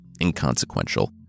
inconsequential